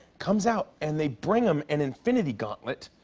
comes out, and they bring him an infinity gauntlet,